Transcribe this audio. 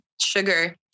sugar